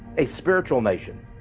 a spiritual nation!